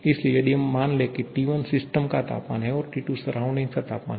इसलिए यदि मान लें कि T1 सिस्टम का तापमान है तो T2 सराउंडिंग का तापमान है